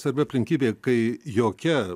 svarbi aplinkybė kai jokia